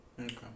Okay